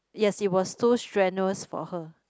yes it was too strenuous for her